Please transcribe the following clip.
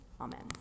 Amen